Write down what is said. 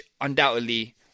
undoubtedly